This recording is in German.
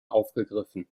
aufgegriffen